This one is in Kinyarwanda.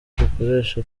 dukoresha